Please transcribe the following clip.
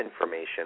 information